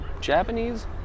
Japanese